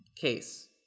case